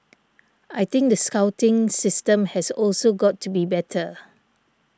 I think the scouting system has also got to be better